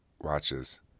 watches